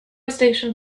station